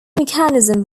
mechanism